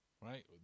right